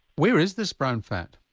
where is this brown fat?